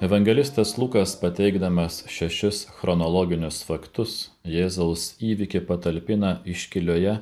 evangelistas lukas pateikdamas šešis chronologinius faktus jėzaus įvykį patalpina iškilioje